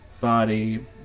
body